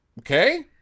Okay